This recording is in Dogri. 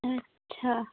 अच्छा